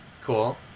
Cool